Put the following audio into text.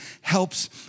helps